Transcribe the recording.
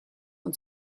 und